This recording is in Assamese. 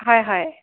হয় হয়